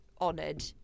honoured